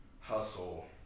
hustle